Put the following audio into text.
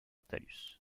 talus